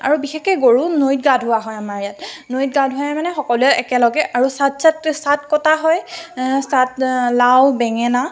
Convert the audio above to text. আৰু বিশেষকৈ গৰুক নৈত গা ধোওৱা হয় আমাৰ ইয়াত নৈত গা ধুৱাই মানে সকলোৱে একেলগে আৰু চাত চাত চাত কটা হয় চাত লাও বেঙেনা